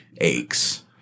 aches